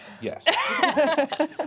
Yes